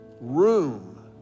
room